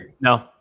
No